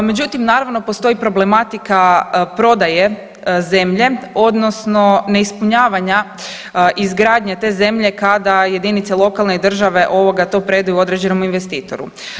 Međutim naravno postoji problematika prodaje zemlje odnosno ne ispunjavanja izgradnje te zemlje kada jedinice lokalne države to predaju određenom investitoru.